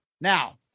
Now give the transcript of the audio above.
Now